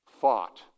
fought